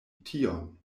tion